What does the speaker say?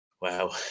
Wow